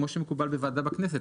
כמו שמקובל בוועדה בכנסת.